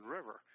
River